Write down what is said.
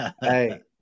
Hey